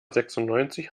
sechsundneunzig